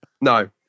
no